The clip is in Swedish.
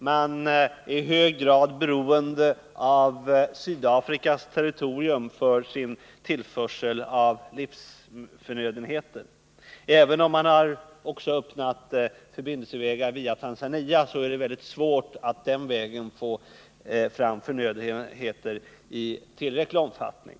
Man är i hög grad — ning av vissa krigsberoende av Sydafrikas territorium för tillförseln av livsförnödenheter. Även handlingar av om det också har öppnats förbindelsevägar via Tanzania är det mycket svårt — Sydafrika och att den vägen få fram förnödenheter i tillräcklig omfattning.